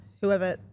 Whoever